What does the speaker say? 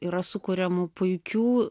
yra sukuriamų puikių